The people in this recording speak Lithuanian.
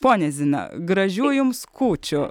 ponia zina gražių jums kūčių